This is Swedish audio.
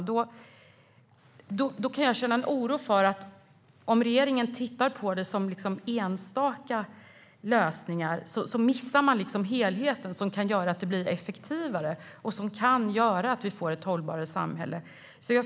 Jag kan känna en oro för att regeringen tittar på det som enstaka lösningar och missar den helhet som kan göra att det blir effektivare och att vi får ett hållbarare samhälle.